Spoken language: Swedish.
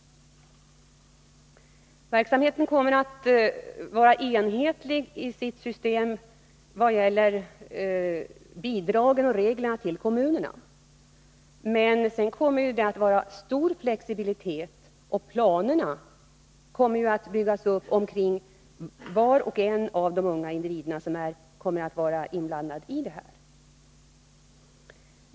Verksamheten kommer att vara enhetlig i vad gäller bidragen och reglerna för kommunerna. Men sedan kommer det att vara stor flexibilitet. Planerna kommer ju att byggas upp kring var och en av de unga individer som kommer att vara berörda.